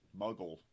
muggle